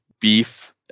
beef